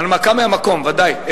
הנמקה מהמקום, בוודאי.